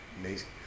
amazing